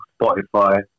Spotify